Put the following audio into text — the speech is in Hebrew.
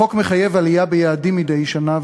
החוק מחייב עלייה ביעדים מדי שנה,